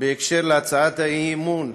בהקשר של הצעת האי-אמון,